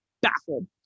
baffled